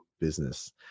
business